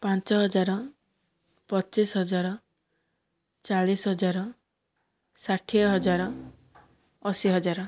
ପାଞ୍ଚ ହଜାର ପଚିଶ ହଜାର ଚାଳିଶ ହଜାର ଷାଠିଏ ହଜାର ଅଶୀ ହଜାର